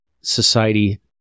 Society